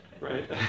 right